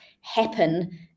happen